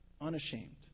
unashamed